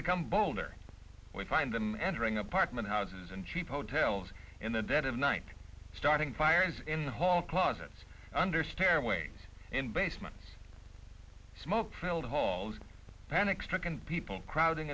become boehner we find them entering apartment houses and cheap hotels in the dead of night starting fires in the hall closets under stairway in basement smoke filled halls panic stricken people crowding